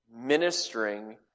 ministering